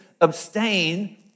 abstain